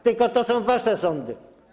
Tylko to są wasze sądy.